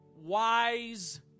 wise